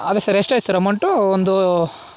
ಅದೆ ಸರ್ ಎಷ್ಟು ಆಯ್ತು ಸರ್ ಅಮೌಂಟು ಒಂದು